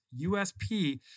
USP